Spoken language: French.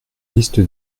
liste